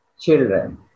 children